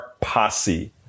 Posse